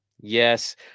Yes